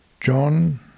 John